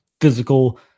physical